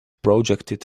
projected